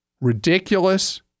ridiculous